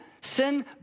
sin